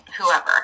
whoever